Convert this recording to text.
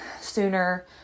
sooner